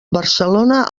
barcelona